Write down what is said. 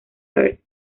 earth